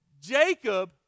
Jacob